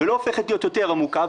ולא הופכת ליותר עמוקה,